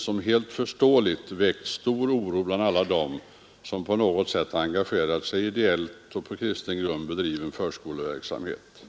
som helt förståeligt väckt stor oro bland alla dem som på något sätt engagerat sig i på ideellt och kristen grund bedriven förskoleverksamhet.